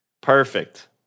Perfect